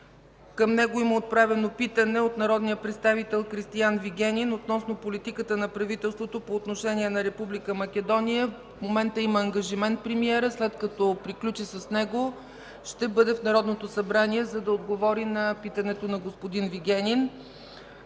Към него има отправено питане от народния представител Кристиан Вигенин относно политиката на правителството по отношение на Република Македония. В момента премиерът има ангажимент. След като приключи с него, ще бъде в Народното събрание, за да отговори на питането на господин Вигенин.